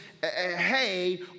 hey